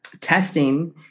testing